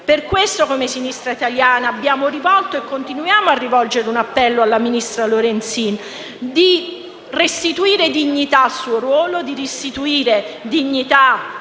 Per questo, come Sinistra Italiana, abbiamo rivolto, e continuiamo a rivolgere un appello alla ministra Lorenzin: di restituire dignità al suo ruolo, di restituire dignità